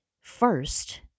first